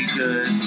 good